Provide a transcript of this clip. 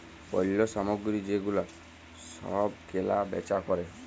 পল্য সামগ্রী যে গুলা সব কেলা বেচা ক্যরে